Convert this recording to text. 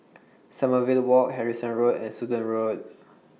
Sommerville Walk Harrison Road and Sudan Road